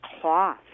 cloth